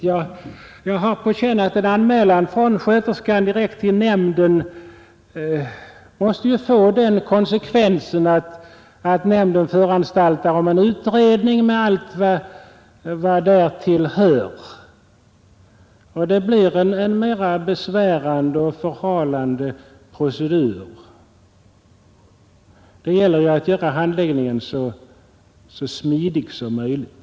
Jag har på känn att en anmälan från sköterskan direkt till nämnden måste få den konsekvensen att nämnden föranstaltar om en utredning med allt vad därtill hör, och det blir en mera besvärande och förhalande procedur. Det gäller ju att göra handläggningen så smidig som möjligt.